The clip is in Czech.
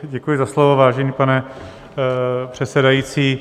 Děkuji za slovo, vážený pane předsedající.